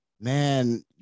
man